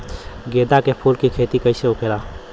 गेंदा के फूल की खेती कैसे होखेला?